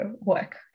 work